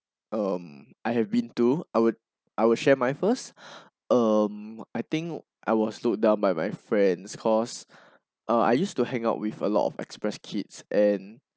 um I have been to I would I will share my first err I think I was looked down by my friends cause uh I used to hang out with a lot of express kids and